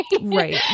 Right